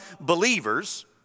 believers